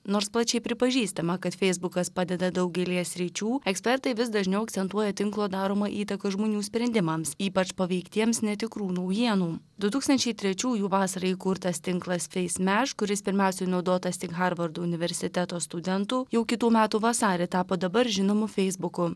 nors plačiai pripažįstama kad feisbukas padeda daugelyje sričių ekspertai vis dažniau akcentuoja tinklo daromą įtaką žmonių sprendimams ypač paveiktiems netikrų naujienų du tūkstančiai trečiųjų vasarą įkurtas tinklas feismeš kuris pirmiausiai naudotas tik harvardo universiteto studentų jau kitų metų vasarį tapo dabar žinomu feisbuku